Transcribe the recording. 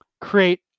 create